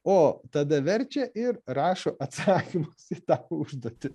o tada verčia ir rašo atsakymus į tą užduotį